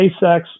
SpaceX